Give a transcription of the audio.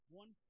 one